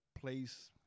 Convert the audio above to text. place